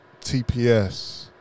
TPS